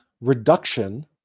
reduction